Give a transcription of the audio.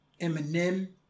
Eminem